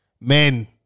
Men